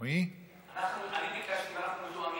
אני ביקשתי, ואנחנו מתואמים.